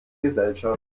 gesellschaft